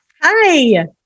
Hi